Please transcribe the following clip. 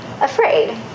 afraid